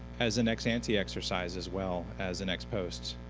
as an ex-ante exercise as well as an ex-post.